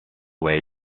way